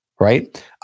right